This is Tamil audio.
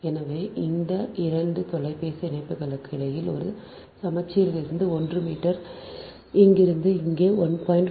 எனவே இந்த இரண்டு தொலைபேசி இணைப்புகளுக்கு இடையில் இது சமச்சீரிலிருந்து 1 மீட்டர் இங்கிருந்து இங்கே 1